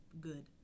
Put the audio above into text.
good